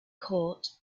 court